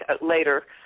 later